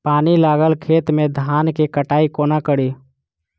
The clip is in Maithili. पानि लागल खेत मे धान केँ कटाई कोना कड़ी?